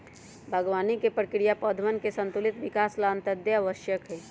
बागवानी के प्रक्रिया पौधवन के संतुलित विकास ला अत्यंत आवश्यक हई